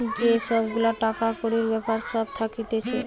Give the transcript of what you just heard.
যে সব গুলা টাকা কড়ির বেপার সব থাকতিছে